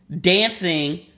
dancing